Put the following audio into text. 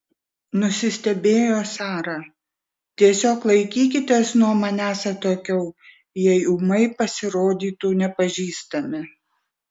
nusistebėjo sara tiesiog laikykitės nuo manęs atokiau jei ūmai pasirodytų nepažįstami